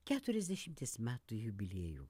keturiasdešimties metų jubiliejų